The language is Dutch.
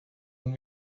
een